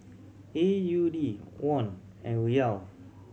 A U D Won and Riyal